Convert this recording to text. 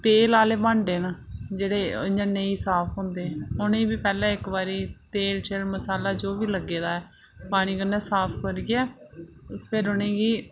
तेल आह्ले भांडे न जेह्ड़े इ'यां नेईं साफ होंदे उ'नें ई बी पैह्ले इक बारी तेल जां मसाला जो बी लग्गे दा ऐ पानी कन्नै साफ करियै फिर उ'नें गी